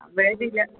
वेळ दिला